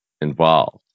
involved